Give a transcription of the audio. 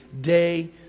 day